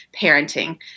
parenting